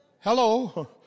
Hello